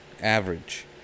average